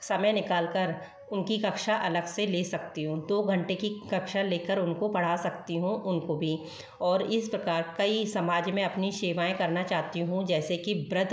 समय निकाल कर उनकी कक्षा अलग से ले सकती हूँ दो घंटे की कक्षा ले कर उनको पढ़ा सकती हूँ उनको भी और इस प्रकार कई समाज मे अपनी सेवाएँ करना चाहती हूँ जैसे कि ब्र द